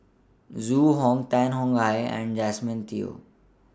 Zhu Hong Tan Tong Hye and Josephine Teo